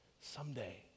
Someday